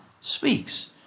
speaks